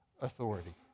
authority